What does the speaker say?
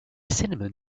cinnamon